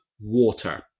water